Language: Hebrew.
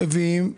מביאים,